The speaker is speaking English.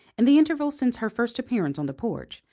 in the interval since her first appearance on the porch,